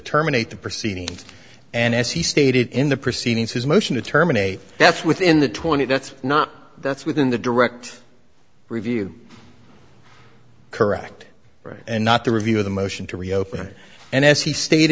terminate the proceedings and as he stated in the proceedings his motion to terminate that's within the twenty that's not that's within the direct review correct or not the review of the motion to reopen and as he state